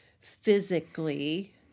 physically